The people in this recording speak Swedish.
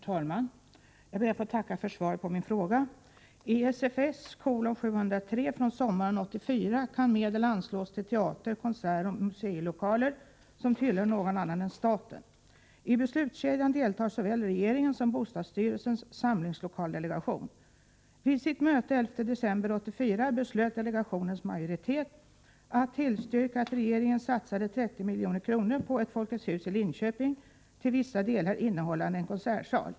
Herr talman! Jag ber att få tacka för svaret på min fråga. Enligt SFS 703 från sommaren 1984 kan medel anslås till teater-, konsertoch museilokaler som tillhör någon annan än staten. I fråga om beslutskedjan deltar såväl regeringen som bostadsstyrelsens samlingslokaldelegation. Vid möte den 11 december 1984 beslöt delegationens majoritet att tillstyrka att regeringen satsade 30 milj.kr. på ett Folkets hus i Linköping, till vissa delar innehållande en konsertsal.